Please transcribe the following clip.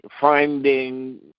Finding